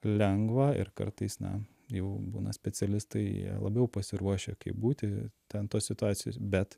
lengva ir kartais na jau būna specialistai jie labiau pasiruošę kaip būti ten tos situacijos bet